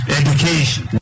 education